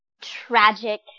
tragic